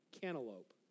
cantaloupe